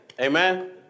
Amen